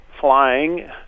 flying